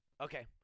Okay